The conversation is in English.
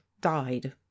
died